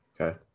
Okay